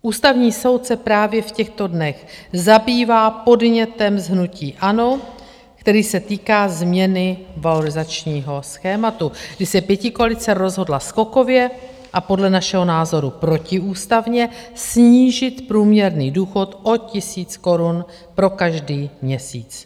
Ústavní soud se právě v těchto dnech zabývá podnětem z hnutí ANO, který se týká změny valorizačního schématu, kdy se pětikoalice rozhodla skokově a podle našeho názoru protiústavně snížit průměrný důchod o tisíc korun pro každý měsíc.